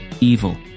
Evil